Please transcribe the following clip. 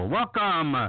Welcome